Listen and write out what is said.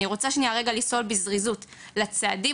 אני רוצה רגע בזריזות לעבור לצעדים,